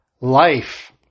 life